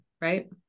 right